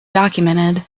documented